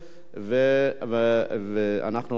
ואנחנו עוברים להצבעה.